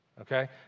okay